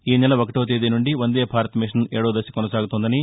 ఈ నెల ఒకటో తేదీ నుంచి వందే భారత్ మిషన్ ఏడో దశ కొనసాగుతోందని